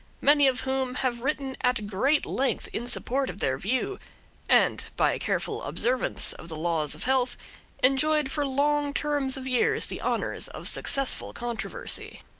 many of whom have written at great length in support of their view and by careful observance of the laws of health enjoyed for long terms of years the honors of successful controversy.